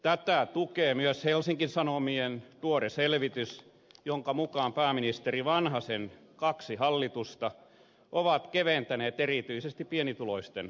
tätä tukee myös helsingin sanomien tuore selvitys jonka mukaan pääministeri vanhasen kaksi hallitusta ovat keventäneet erityisesti pienituloisten verotusta